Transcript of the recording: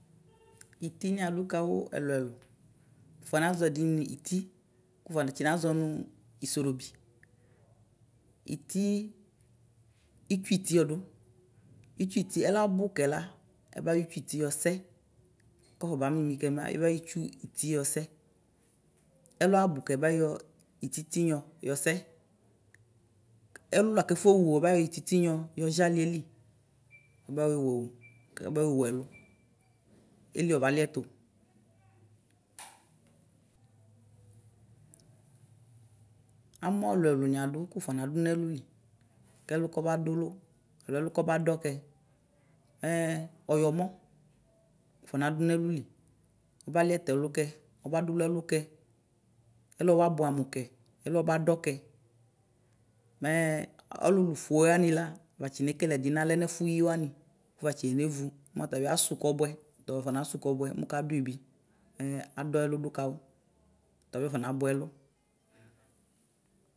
Itini adu kawʋ ɛlʋ ɛlʋ wufɔnazɔ ɛdini nʋ iti kʋwʋfɔtsi nazɔ nʋ isorobi iti itsʋiti ɔdʋ itsʋiti ɛlɔ abʋ kɛla ɛbayɔ itsʋiti yɔsɛ kɔfaba mimi kɛmɛ kɛmɛ ɛlɔ abʋkɛ ɛbayɔ ititinyɔ yɔsɛ ɛlʋla kɛfɔwʋo mayɔ ititinyɔ yɔŋali eli kɛbayɔwʋ ɛlʋ eli ɔbaliɛtʋ amɔ ɛlʋ ɛkʋni adʋ ko ʋfɔnadʋ nʋ ɛlʋli kɛlʋ kɔba dʋlʋ alʋ ɛlɔ kɔbadɔkɛ ɛ ɔyɔmɔ wʋfɔ nadʋ nɛlʋli ɔbaliɛtʋ ɛlʋkɛ ɔbadʋlʋ ɛlʋkɛ ɛlo ɔbabʋɛ amʋkɛ ɛlʋ ɔbadɔkɛ mɛ ɔlʋlʋfʋe wanila atsi nekele ɛdi nalɛ mʋ ɛfuyi wani watsi nevʋ mɛ ɔtabi asʋ kɔbʋɛ ɔta ɔfɔnasʋ kɔbʋɛ mʋkadvi bi ɛ adɔ ɛlʋdʋ kawʋ ɔtɔbi afɔnabʋɛ ɛlʋ.